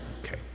Okay